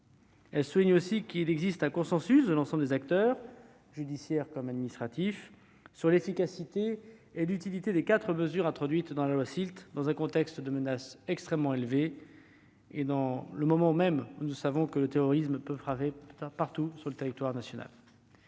Elle souligne aussi qu'il existe un consensus de l'ensemble des acteurs, judiciaires comme administratifs, sur l'efficacité et l'utilité des quatre mesures introduites dans la loi SILT dans un contexte de menace extrêmement élevée et à un moment où nous savons que le terrorisme peut frapper partout sur le territoire national.